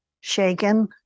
shaken